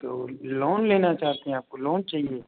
तो लौन लेना चाहते हैं आप आपको लौन चाहिए